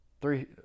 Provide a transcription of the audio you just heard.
Three